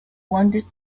wanted